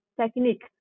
technique